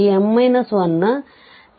ಇಲ್ಲಿmnನಿಂದಾಗಿ m 1